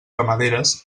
ramaderes